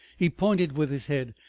he pointed with his head.